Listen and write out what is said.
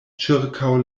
ĉirkaŭ